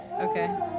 Okay